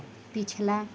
पिछला